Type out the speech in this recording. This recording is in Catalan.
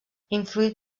influït